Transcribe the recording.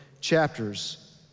chapters